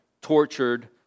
tortured